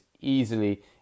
easily